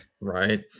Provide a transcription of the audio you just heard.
right